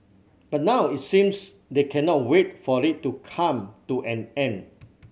but now it seems they cannot wait for it to come to an end